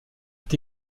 est